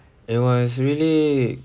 it was really